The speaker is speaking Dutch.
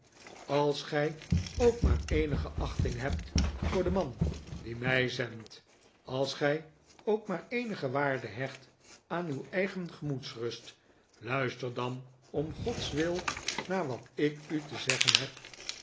als gij ook maar eenige achting hebt voor den man die mij zendt als gij ook maar eenige waarde hecht aan uw eigen gemoedsrust luister dan om gods wil naar wat ik u te zeggen heb